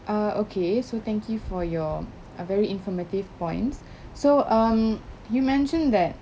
uh okay so thank you for your a very informative points so um you mentioned that